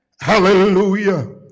Hallelujah